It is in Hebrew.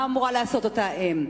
מה אמורה לעשות אותה אם?